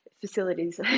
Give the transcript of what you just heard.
facilities